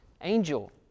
angel